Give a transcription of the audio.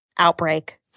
outbreak